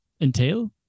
entail